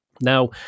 now